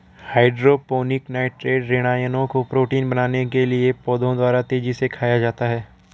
hydroponic nitrate ऋणायनों को protein बनाने के लिए पौधों द्वारा तेजी से खाया जाता है